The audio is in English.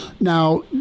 Now